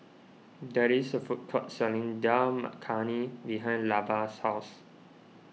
that is a food court selling Dal Makhani behind Levar's house